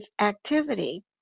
activity